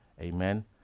Amen